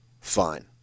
fine